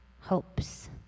hopes